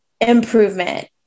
improvement